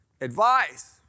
advice